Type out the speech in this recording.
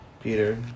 Peter